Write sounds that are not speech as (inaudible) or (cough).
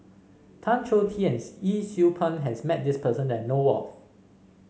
Tan Choh Tee and (unintelligible) Yee Siew Pun has met this person that know of